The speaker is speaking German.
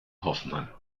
hoffmann